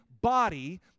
body